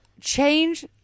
Change